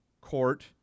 court